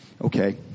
Okay